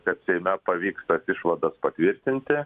kad seime pavyks tas išvadas patvirtinti